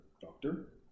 doctor